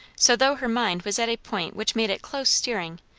so, though her mind was at a point which made it close steering,